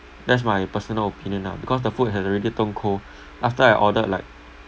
that's my personal opinion lah because the food had already turned cold after I ordered like